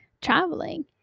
traveling